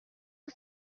que